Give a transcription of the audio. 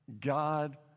God